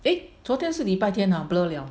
eh 昨天是礼拜天 ah blur 了